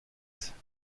sainte